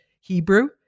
Hebrew